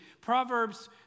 Proverbs